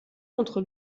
entre